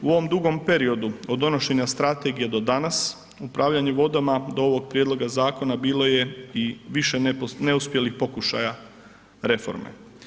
U ovom dugom periodu od donošenja Strategije do danas, upravljanje vodama do ovog Prijedloga Zakona bilo je i više neuspjelih pokušaja reforme.